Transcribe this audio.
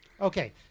Okay